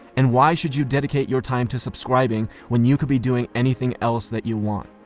and why should you dedicate your time to subscribing, when you could be doing anything else that you want?